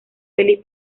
feliz